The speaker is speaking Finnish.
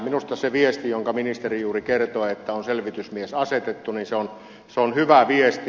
minusta se viesti jonka ministeri juuri kertoi että on selvitysmies asetettu on hyvä viesti